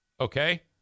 Okay